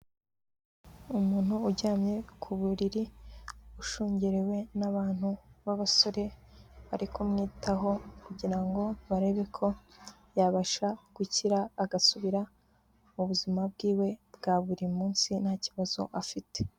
Umuntu uryamye ku buriri ushungerewe n'abantu b'abasore, bari kumwitaho kugira ngo barebe ko yabasha gukira agasubira mu buzima bwiwe bwa buri munsi nta kibazo afite.